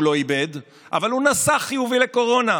לא איבד אבל הוא נשא חיובי לקורונה,